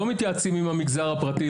לא מתייעצים עם המגזר הפרטי,